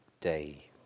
day